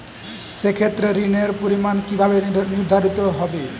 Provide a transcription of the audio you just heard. সে ক্ষেত্রে ঋণের পরিমাণ কিভাবে নির্ধারিত হবে?